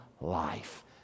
life